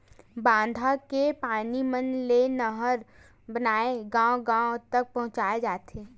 बांधा के पानी मन ले नहर बनाके गाँव गाँव तक पहुचाए जाथे